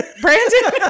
Brandon